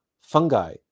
fungi